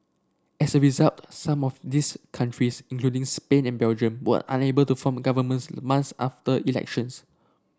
as a result some of these countries including Spain and Belgium were unable to form governments months after elections